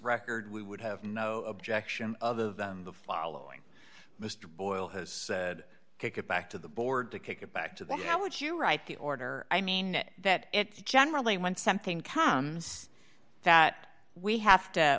record we would have no objection other than the following mr boyle has said take it back to the board to kick it back to the how would you write the order i mean that generally when something comes that we have to